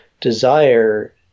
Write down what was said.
desire